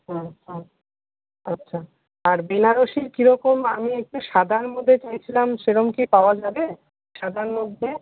হুম হুম আচ্ছা আর বেনারসির কিরকম আমি একটু সাদার মধ্যে চাইছিলাম সেরম কি পাওয়া যাবে সাদার মধ্যে